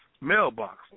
mailbox